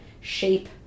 shape